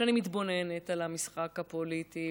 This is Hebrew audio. כשאני מתבוננת על המשחק הפוליטי,